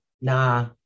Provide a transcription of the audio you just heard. nah